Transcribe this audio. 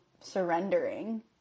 surrendering